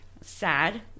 sad